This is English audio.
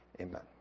Amen